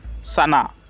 Sana